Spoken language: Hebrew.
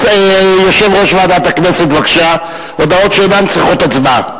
יושב-ראש ועדת הכנסת, הודעות שאינן צריכות הצבעה.